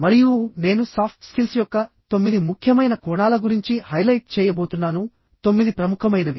మరియు నేను soft skills యొక్క తొమ్మిది ముఖ్యమైన కోణాల గురించి హైలైట్ చేయబోతున్నాను తొమ్మిది ప్రముఖమైనవి